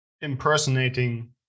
impersonating